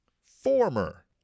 Former